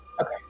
Okay